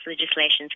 Legislations